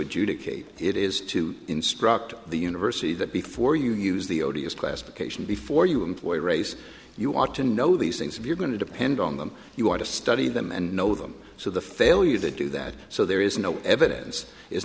adjudicate it is to instruct the university that before you use the odious classification before you employ race you ought to know these things if you're going to depend on them you want to study them and know them so the failure to do that so there is no evidence is